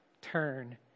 turn